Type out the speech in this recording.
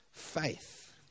faith